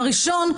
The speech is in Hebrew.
הראשון,